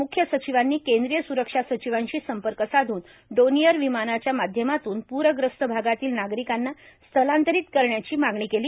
मुख्य सचिवांनी केंद्रीय सुरक्षा सचिवांशी संपर्क साधून डोनिअर विमानाच्या माध्यमातून प्रग्रस्तभागातील नागरिकांना स्थलांतरीत करण्याची मागणी केली